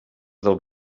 del